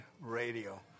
radio